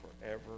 forever